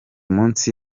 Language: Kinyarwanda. munsi